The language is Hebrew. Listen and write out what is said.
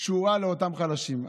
הוא רע לאותם חלשים.